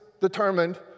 determined